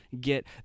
get